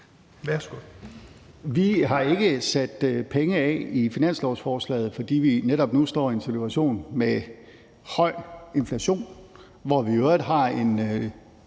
Vi har ikke sat penge af på finanslovsforslaget, fordi vi netop nu står i en situation med høj inflation, og vi har i øvrigt en